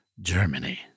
Germany